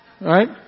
Right